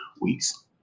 weeks